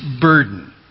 burden